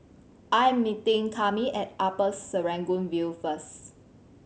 I'm meeting Cami at Upper Serangoon View first